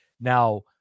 Now